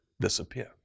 disappear